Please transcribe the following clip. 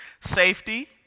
Safety